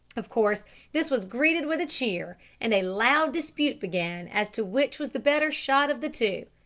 of course this was greeted with a cheer, and a loud dispute began as to which was the better shot of the two.